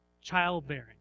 Childbearing